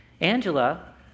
Angela